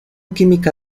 química